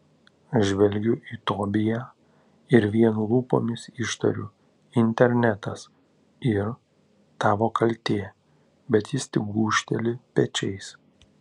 žvelgiu į tobiją ir vien lūpomis ištariu internetas ir tavo kaltė bet jis tik gūžteli pečiais